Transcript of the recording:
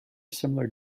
similar